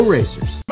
Racers